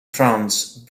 france